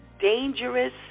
dangerous